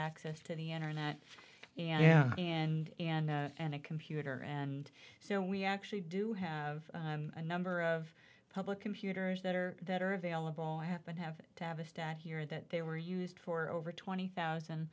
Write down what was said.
access to the internet and yeah and and and a computer and so we actually do have a number of public computers that are that are available i happen to have to have a stat here that they were used for over twenty thousand